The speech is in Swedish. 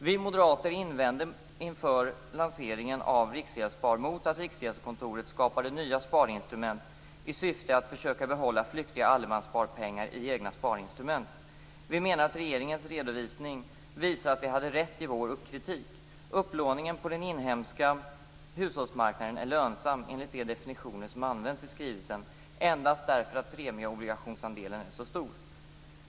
Vi moderater invände inför lanseringen av Riksgäldsspar mot att Riksgäldskontoret skapade nya sparinstrument i syfte att försöka behålla flyktiga allemanssparpengar i egna sparinstrument. Vi menar att regeringens redovisning visar att vi hade rätt i vår kritik. Upplåningen på den inhemska hushållsmarknaden är lönsam enligt de definitioner som används i skrivelsen endast därför att premieobligationsandelen är så stor.